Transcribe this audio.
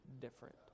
different